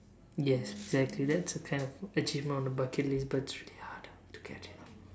yes exactly that's the kind of achievement on the bucket list but it's really hard to to get you know